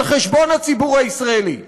על חשבון הציבור הישראלי,